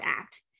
act